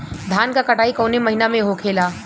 धान क कटाई कवने महीना में होखेला?